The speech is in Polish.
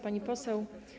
Pani Poseł!